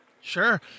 Sure